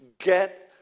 get